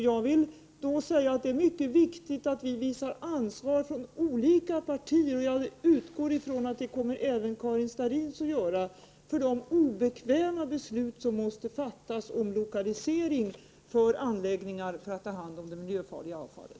Jag vill framhålla att det är mycket viktigt att olika partier visar ett ansvar — jag utgår från att även det parti som Karin Starrin tillhör kommer att göra det — för de obekväma beslut som måste fattas om lokaliseringen av de anläggningar som har att ta hand om det miljöfarliga avfallet.